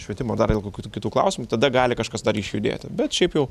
švietimo dar dėl kokių kitų klausimų tada gali kažkas dar išjudėti bet šiaip jau